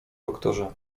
doktorze